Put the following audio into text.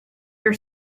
your